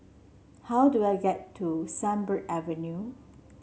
how do I get to Sunbird Avenue